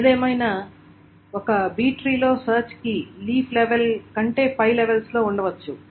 ఏదేమైనా ఒక B ట్రీలో సెర్చ్ కీ లీఫ్ లెవెల్ కంటే పై లెవెల్స్ లో ఉండవచ్చు